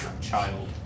child